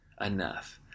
enough